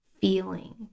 feeling